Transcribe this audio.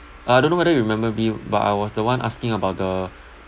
I don't know whether you remember me but I was the one asking about the